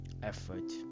effort